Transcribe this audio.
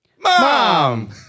Mom